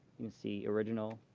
you can see original,